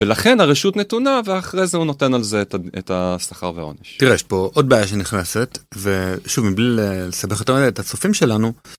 ולכן הרשות נתונה ואחרי זה הוא נותן על זה את השכר והעונש. תראה יש פה עוד בעיה שנכנסת ושוב מבלי לסבך יותר מדי את הצופים שלנו.